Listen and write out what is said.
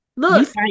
Look